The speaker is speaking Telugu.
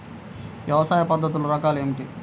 వ్యవసాయ పద్ధతులు రకాలు ఏమిటి?